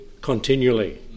continually